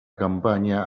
campaña